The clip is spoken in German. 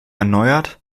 erneuert